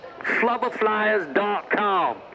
Flubberflyers.com